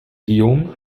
guillaume